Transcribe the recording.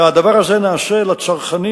הדבר הזה נעשה לצרכנים,